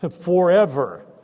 forever